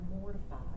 mortified